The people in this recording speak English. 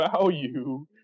value